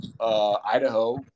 Idaho